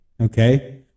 okay